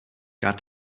got